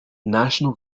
national